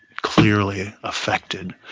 clearly affected.